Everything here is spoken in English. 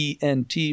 ENT